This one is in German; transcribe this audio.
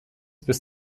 bis